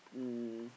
um